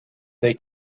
they